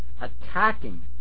attacking